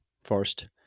first